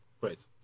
Great